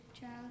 child